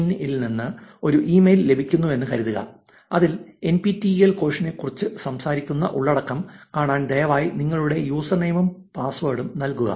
in ൽ നിന്ന് ഒരു ഇമെയിൽ ലഭിക്കുന്നുവെന്ന് കരുതുക അതിൽ N P T E L കോഴ്സിനെക്കുറിച്ച് സംസാരിക്കുന്ന ഉള്ളടക്കം കാണാൻ ദയവായി നിങ്ങളുടെ യൂസർ നെയിം ഉം പാസ്വേഡും നൽകുക